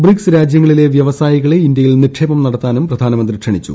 BRICS രാജ്യങ്ങളിലെ വൃക്ട്സായികളെ ഇന്ത്യയിൽ നിക്ഷേപം നടത്താനും പ്രധാനമന്ത്രി ക്ഷണിച്ചു